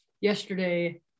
Yesterday